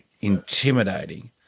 intimidating